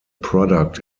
product